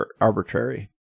arbitrary